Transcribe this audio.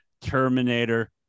Terminator